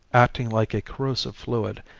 acting like a corrosive fluid,